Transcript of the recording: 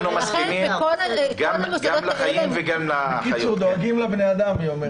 אנחנו מסכימים גם לחיים וגם לחיות, כן.